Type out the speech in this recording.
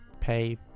pay